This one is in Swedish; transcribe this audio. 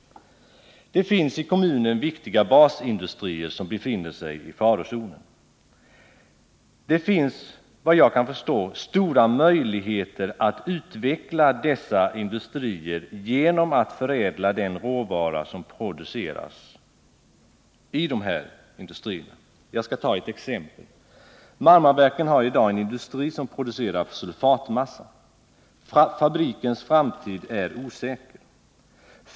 Det finns i kommunen viktiga basindustrier som befinner sig i farozonen. Det finns vad jag kan förstå också stora möjligheter att utveckla dessa industrier genom att förädla den råvara som produceras. Jag skall ta ett exempel: Marmaverken har i dag en industri som producerar sulfatmassa. Fabrikens framtid är osäker.